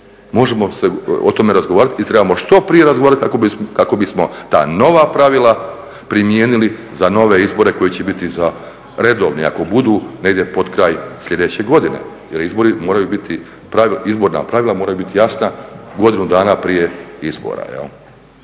Možemo o tome razgovarati i trebamo što prije razgovarati kako bismo ta nova pravila primijenili za nove izbore koji će biti za redovni ako budu, negdje potkraj sljedeće godine jer izborna pravila moraju biti jasna godinu dana prije izbora.